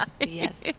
yes